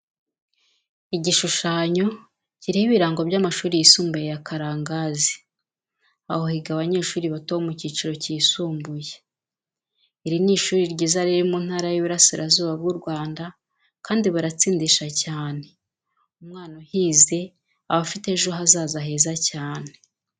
Igishushanyo kiriho ibirango by'amashuri yisumbuye ya Karangazi, aho higa abanyeshuri bato bo mu cyiciro cyisumbuye. Iri ni ishuri ryiza riri mu Ntara y'Ibirasirazuba bw'u Rwanda, kandi baratsindisha cyane umwana uhize aba afite ejo hazaza heza cyane.